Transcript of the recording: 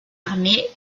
armée